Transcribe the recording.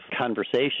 conversation